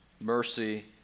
mercy